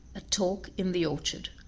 a talk in the orchard